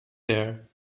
there